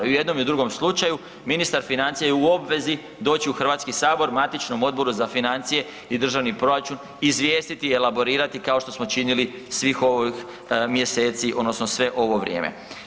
I u jednom i u drugom slučaju ministar financija je u obvezi doći u HS, Matičnom odboru za financije i državni proračun i izvijestiti i elaborirati kao što smo činili svih ovih mjeseci odnosno sve ovo vrijeme.